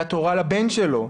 עליית תורה לבן שלו,